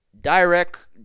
direct